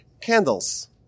candles